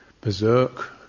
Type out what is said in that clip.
berserk